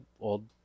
old